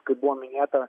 kaip buvo minėta